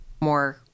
more